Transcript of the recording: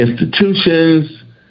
institutions